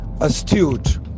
astute